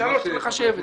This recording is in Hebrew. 33, צריכים לחשב את זה.